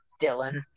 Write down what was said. Dylan